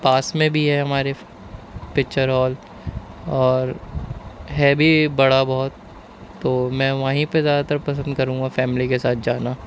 پاس میں بھی ہے ہمارے پکچر ہال اور ہے بھی بڑا بہت تو میں وہیں پہ زیادہ تر پسند کروں گا فیملی کے ساتھ جانا